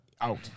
Out